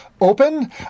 open